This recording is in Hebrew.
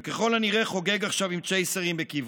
וככל הנראה הוא חוגג עכשיו עם צ'ייסרים בקברו.